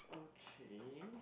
okay